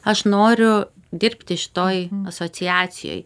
aš noriu dirbti šitoj asociacijoj